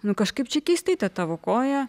nu kažkaip čia keistai ta tavo koja